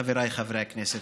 חבריי חברי כנסת,